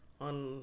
on